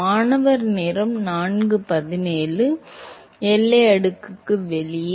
மாணவர் எல்லை அடுக்குக்கு வெளியே